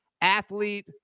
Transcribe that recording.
athlete